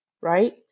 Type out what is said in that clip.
Right